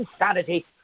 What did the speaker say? insanity